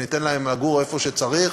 וניתן להם לגור איפה שצריך,